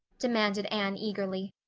demanded anne eagerly.